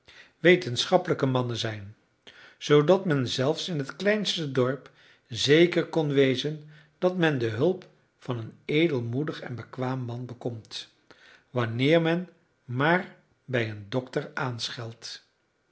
wetenschappelijke mannen zijn zoodat men zelfs in het kleinste dorp zeker kon wezen dat men de hulp van een edelmoedig en bekwaam man bekomt wanneer men maar bij een dokter